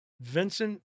Vincent